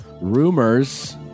Rumors